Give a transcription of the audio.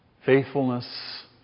faithfulness